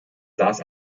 saß